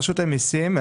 רשות המיסים,